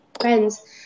friends